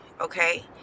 okay